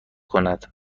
کند